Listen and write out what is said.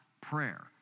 prayer